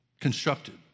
constructed